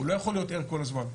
הוא לא יכול להיות ער כל הזמן.